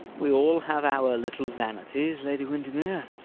we all have our little vanities, lady windermere.